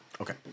Okay